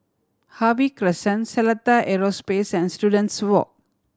Harvey Crescent Seletar Aerospace and Students Walk